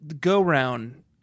go-round